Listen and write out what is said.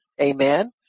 amen